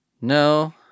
No